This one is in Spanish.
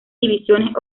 divisiones